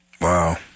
Wow